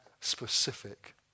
specific